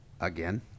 again